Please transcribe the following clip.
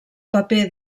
paper